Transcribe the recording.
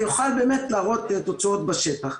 יוכל באמת להראות תוצאות בשטח.